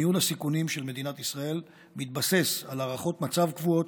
ניהול הסיכונים של מדינת ישראל מתבסס על הערכות מצב קבועות,